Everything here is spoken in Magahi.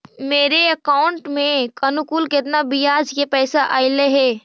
मेरे अकाउंट में अनुकुल केतना बियाज के पैसा अलैयहे?